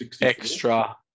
extra